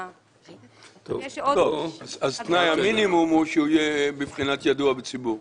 אז תנאי המינימום הוא שהוא יהיה ידוע בציבור.